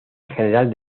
general